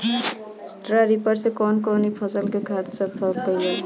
Straw reaper से कवन कवनी फसल के खेत साफ कयील जाला?